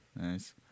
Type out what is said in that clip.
Nice